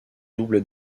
double